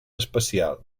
especial